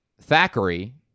Thackeray